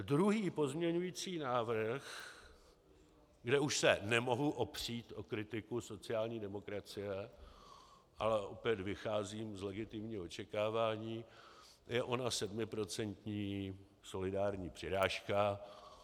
Druhý pozměňující návrh, kde už se nemohu opřít o kritiku sociální demokracie, ale opět vycházím z legitimního očekávání, je ona 7% solidární přirážka.